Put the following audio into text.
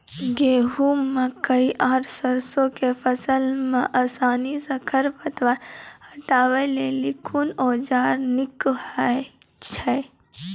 गेहूँ, मकई आर सरसो के फसल मे आसानी सॅ खर पतवार हटावै लेल कून औजार नीक है छै?